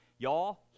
Y'all